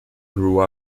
grew